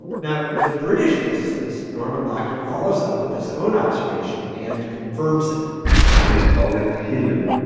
and now, the british physicist norman lockyer follows up with his own observation and confirms it and he called it helium,